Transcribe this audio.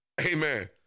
amen